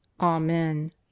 Amen